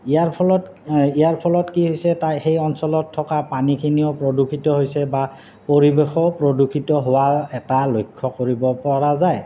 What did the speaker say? ইয়াৰ ফলত ইয়াৰ ফলত কি হৈছে তাই সেই অঞ্চলত থকা পানীখিনিও প্ৰদূষিত হৈছে বা পৰিৱেশো প্ৰদূষিত হোৱা এটা লক্ষ্য কৰিবপৰা যায়